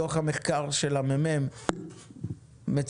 בדוח המחקר של מחלקת המחקר והמידע של הכנסת